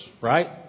right